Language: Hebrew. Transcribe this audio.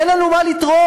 אין לנו מה לתרום,